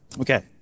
Okay